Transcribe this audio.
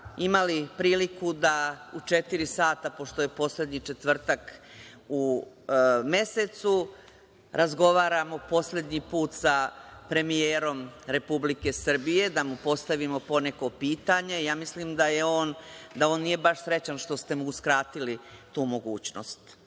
imali priliku da u četiri sata, pošto je poslednji četvrtak u mesecu, razgovaramo poslednji put sa premijerom Republike Srbije, da mu postavimo po neko pitanje. Mislim da on nije baš srećan što ste mu uskratili tu mogućnost.